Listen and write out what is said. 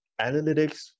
analytics